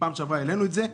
בפעם שעברה העלינו את זה,